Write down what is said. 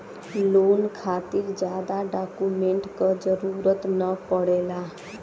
loan खातिर जादा document क जरुरत न पड़ेला